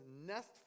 nest